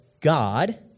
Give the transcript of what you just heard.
God